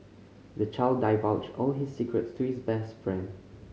the child divulged all his secrets to his best friend